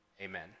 Amen